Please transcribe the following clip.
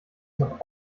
noch